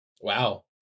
Wow